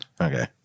Okay